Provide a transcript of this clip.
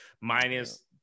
minus